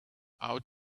out